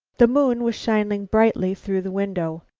the moon was shining brightly through the window.